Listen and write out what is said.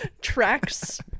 Tracks